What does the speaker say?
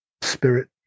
spirit